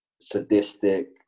sadistic